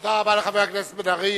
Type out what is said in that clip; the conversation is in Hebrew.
תודה רבה לחבר הכנסת בן-ארי.